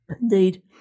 Indeed